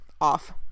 off